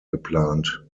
geplant